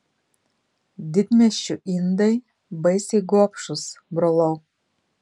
didmiesčių indai baisiai gobšūs brolau